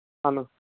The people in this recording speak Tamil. ஆண்ணா